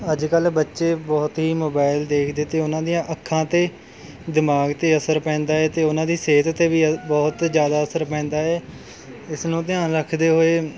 ਅੱਜ ਕੱਲ੍ਹ ਬੱਚੇ ਬਹੁਤ ਹੀ ਮੋਬੈਲ ਦੇਖਦੇ ਅਤੇ ਉਹਨਾਂ ਦੀਆਂ ਅੱਖਾਂ 'ਤੇ ਦਿਮਾਗ਼ 'ਤੇ ਅਸਰ ਪੈਂਦਾ ਏ ਅਤੇ ਉਹਨਾਂ ਦੀ ਸਿਹਤ 'ਤੇ ਵੀ ਅ ਬਹੁਤ ਜ਼ਿਆਦਾ ਅਸਰ ਪੈਂਦਾ ਏ ਇਸ ਨੂੰ ਧਿਆਨ ਰੱਖਦੇ ਹੋਏ